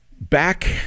back